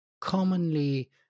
commonly